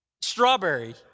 Strawberry